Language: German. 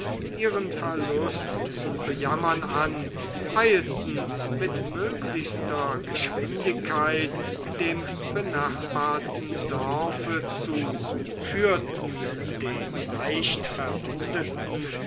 ihren verlust zu bejammern an eilten mit möglichster geschwindigkeit dem benachbarten dorfe zu führten den